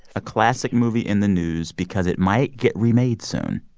a classic movie in the news because it might get remade soon,